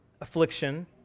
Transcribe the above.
affliction